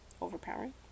overpowering